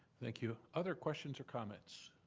thank you. other questions or comments?